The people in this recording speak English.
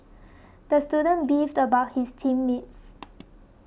the student beefed about his team mates